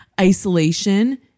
isolation